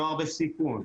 נוער בסיכון,